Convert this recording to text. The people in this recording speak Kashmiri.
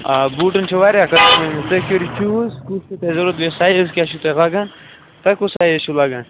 آ بوٗٹن چھِ واریاہ قٕسٕم تُہہۍ کٔرِو چوٗز کُس چھُو تۄہہِ ضوٚرتھ بیٚیہِ سایِز کیٛاہ چھُو تۄہہِ لگان تۄہہِ کُس سایز چھُو لگان